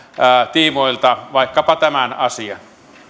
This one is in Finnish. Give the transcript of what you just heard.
tiimoilta vaikkapa tämän asian